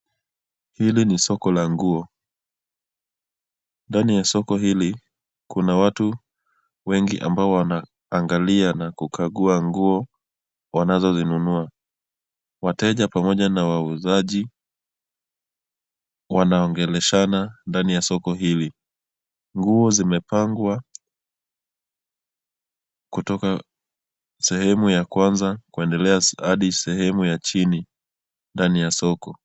Hili ni soko la nguo, ndani ya soko hili kuna watu wengi ambao wanaangalia na kukagua nguo waanazozinunua. Wateja pamoja na wauzaji wanaongeleshana ndani ya soko hili. Nguo zimepangwa kutoka sehemu ya kwanza hadi sehemu ya chini ndani ya soko.